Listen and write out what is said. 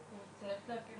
שלום